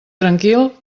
tranquil